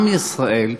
עם ישראל,